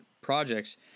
projects